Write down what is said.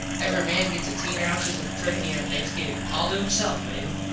every man gets ateen ounces of turky on thanksgivin. all to himself, mable.